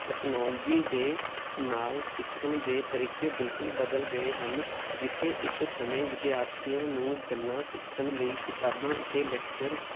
technology ਦੇ ਨਾਲ ਸਿੱਖਣ ਦੇ ਤਰੀਕੇ ਬਿਲਕੁਲ ਬਦਲ ਗਏ ਹਨ ਜਿੱਥੇ ਇੱਕ ਸਮੇਂ ਵਿਦਿਆਰਥੀਆਂ ਨੂੰ ਗੱਲਾਂ ਸਿੱਖਣ ਲਈ ਕਿਤਾਬਾਂ ਅਤੇ ਲੈਕਚਰਸ